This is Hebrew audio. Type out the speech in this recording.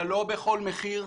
אבל לא בכל מחיר,